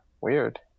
Weird